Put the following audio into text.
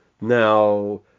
Now